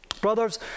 Brothers